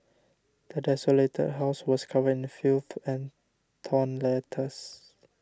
the desolated house was covered in filth and torn letters